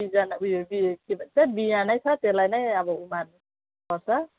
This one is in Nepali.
बिजन उयो उयो के भन्छ बियाँ नै छ त्यसलाई नै अब उमार्नु पर्छ